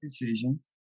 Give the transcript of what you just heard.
decisions